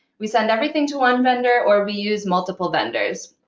we send everything to one vendor, or we use multiple vendors.